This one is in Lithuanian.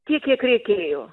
tiek kiek reikėjo